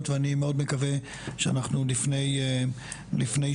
ואני מאוד מקווה שאנחנו לפני שינוי.